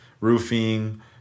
roofing